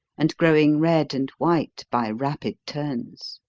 and growing red and white by rapid turns.